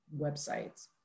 websites